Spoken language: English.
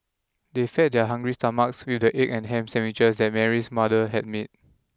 they fed their hungry stomachs with the egg and ham sandwiches that Mary's mother had made